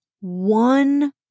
one